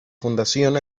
fundación